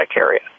area